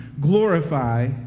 glorify